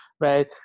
right